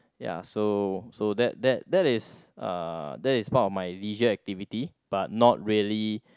ya so so that that that is uh that is part of my leisure activity but not really